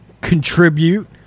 contribute